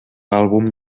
àlbum